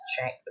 check